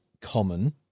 common